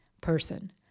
person